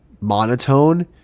monotone